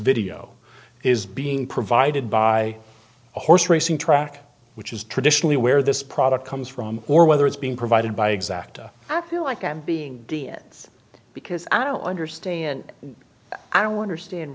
video is being provided by a horse racing track which is traditionally where this product comes from or whether it's being provided by exacta i feel like i'm being dns because i don't understand i wonder stan